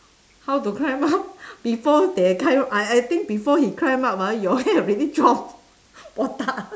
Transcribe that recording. how to climb up before they climb I I think before he climb up ah your hair already drop botak